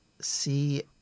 see